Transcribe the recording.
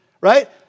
right